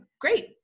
great